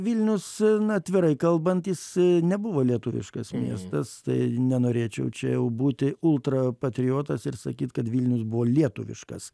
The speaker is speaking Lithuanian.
vilnius na atvirai kalbant jis nebuvo lietuviškas miestas tai nenorėčiau čia jau būti ultrapatriotas ir sakyt kad vilnius buvo lietuviškas